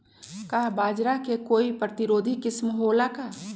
का बाजरा के कोई प्रतिरोधी किस्म हो ला का?